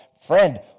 Friend